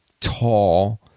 tall